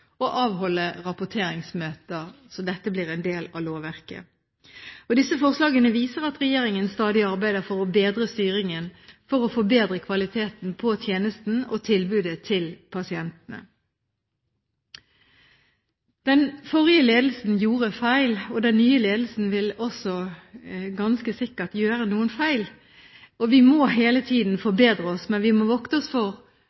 avholde rapporteringsmøter, så dette blir en del av lovverket. Disse forslagene viser at regjeringen stadig arbeider for å bedre styringen for å forbedre kvaliteten på tjenesten og tilbudet til pasientene. Den forrige ledelsen gjorde feil, og den nye ledelsen vil også ganske sikkert gjøre noen feil. Vi må hele tiden forbedre oss, men vi må vokte oss for